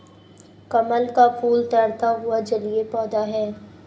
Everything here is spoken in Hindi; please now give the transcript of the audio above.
कमल का फूल तैरता हुआ जलीय पौधा है